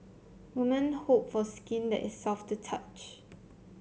woman hope for skin that is soft to touch